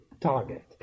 target